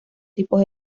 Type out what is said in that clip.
tipos